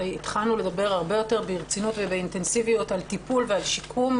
התחלנו לדבר יותר ברצינות ובאינטנסיביות על טיפול ועל שיקום,